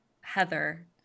heather